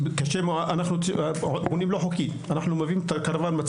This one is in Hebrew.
אנחנו כמעט ולא מקבלים את ההשלמות של